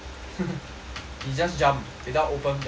he just jump without open the parachute